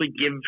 give